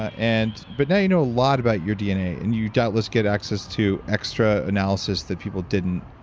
and. but now you know a lot about your dna, and you doubtless get access to extra analysis that people didn't,